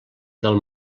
del